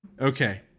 okay